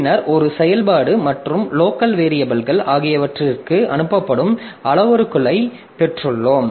பின்னர் ஒரு செயல்பாடு மற்றும் லோக்கல் வேரியபில்கள் ஆகியவற்றிற்கு அனுப்பப்படும் அளவுருக்களைப் பெற்றுள்ளோம்